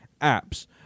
apps